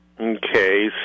Okay